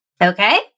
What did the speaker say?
okay